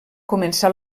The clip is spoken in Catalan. començà